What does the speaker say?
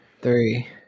three